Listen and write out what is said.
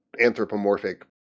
anthropomorphic